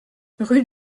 rue